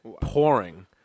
pouring